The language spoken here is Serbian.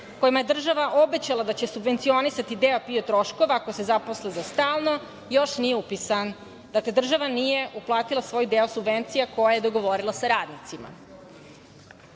kojima je država obećala da će subvencionisati deo PIO troškova ako se zaposle za stalno, još nije upisan. Dakle, država nije uplatila svoj deo subvencija koje je dogovorila sa radnicima. Kada